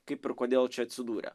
kaip ir kodėl čia atsidūrė